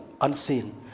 unseen